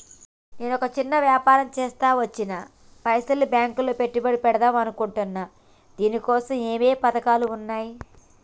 నేను చిన్న వ్యాపారం చేస్తా వచ్చిన పైసల్ని బ్యాంకులో పెట్టుబడి పెడదాం అనుకుంటున్నా దీనికోసం ఏమేం పథకాలు ఉన్నాయ్?